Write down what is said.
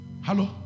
hello